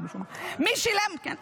מי שילם על האפוד?